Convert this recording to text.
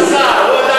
תודה.